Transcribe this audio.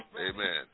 Amen